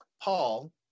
Paul